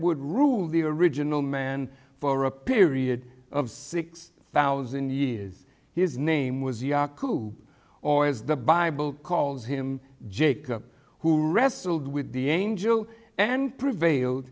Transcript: would rule the original man for a period of six thousand years his name was yaku or as the bible calls him jacob who wrestled with the angel and prevailed